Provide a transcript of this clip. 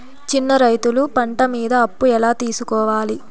చిన్న రైతులు పంట మీద అప్పు ఎలా తీసుకోవాలి?